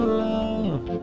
love